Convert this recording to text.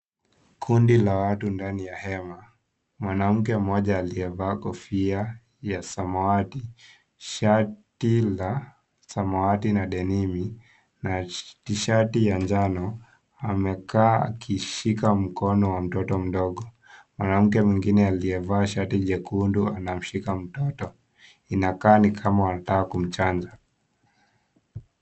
Kundi la watu ndani ya hema, mwanamke mmoja aliyevaa kofia ya samawati, shati la samawati na denim na tishati ya njano, amekaa akishika mkono wa mtoto mdogo. Mwanamke mwingine aliyevaa shati jekundu anamshika mtoto, inakaa ni kama wanataka kumchanja.